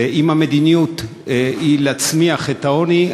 ואם המדיניות היא להצמיח את העוני,